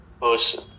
person